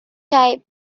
type